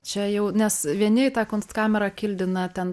čia jau nes vieni tą kunstkamerą kildina ten